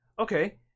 okay